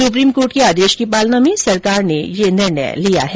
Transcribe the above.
supreme court के आदेश की पालना में यह सरकार ने यह निर्णय लिया है